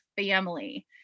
family